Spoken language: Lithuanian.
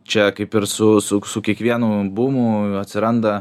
čia kaip ir su su su kiekvienu bumu atsiranda